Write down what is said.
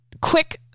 quick